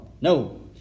No